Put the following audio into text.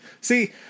See